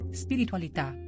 spiritualità